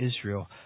Israel